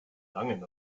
langen